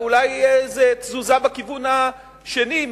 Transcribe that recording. ואולי איזה תזוזה בכיוון השני,